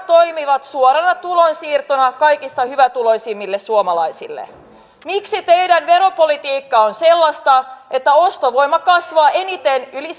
toimivat suorana tulonsiirtona kaikista hyvätuloisimmille suomalaisille miksi teidän veropolitiikka on sellaista että ostovoima kasvaa eniten yli